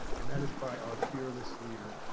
and that is by our fearless leader,